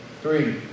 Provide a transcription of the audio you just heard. Three